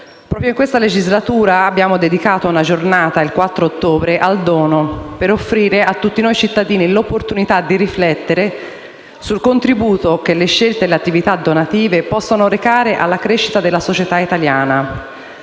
Proprio in questa legislatura abbiamo dedicato una giornata, il 4 ottobre, al dono per offrire a tutti noi cittadini l’opportunità di riflettere sul contributo che le scelte e le attività donative possono recare alla crescita della società italiana,